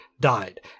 died